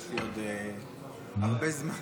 יש לי עוד הרבה זמן.